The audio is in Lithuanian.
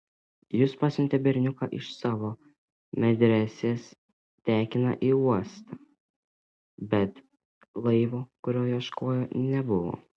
jis pasiuntė berniuką iš savo medresės tekiną į uostą bet laivo kurio ieškojo nebuvo